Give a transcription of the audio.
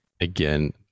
again